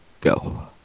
go